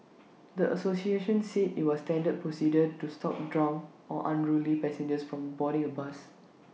the associations said IT was standard procedure to stop drunk or unruly passengers from boarding A bus